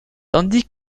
tandis